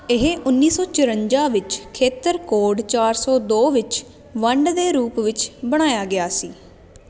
ਇਹ ਉੱਨੀ ਸੌ ਚੁਰੰਜਾ ਵਿੱਚ ਖੇਤਰ ਕੋਡ ਚਾਰ ਸੌ ਦੋ ਵਿੱਚ ਵੰਡ ਦੇ ਰੂਪ ਵਿੱਚ ਬਣਾਇਆ ਗਿਆ ਸੀ